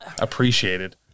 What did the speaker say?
appreciated